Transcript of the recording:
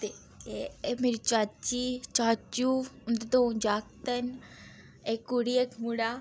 ते एह् मेरी चाची चाचू उं'दे दो जागत न इक कुड़ी इक मुड़ा